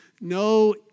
no